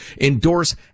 endorse